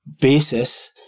basis